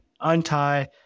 untie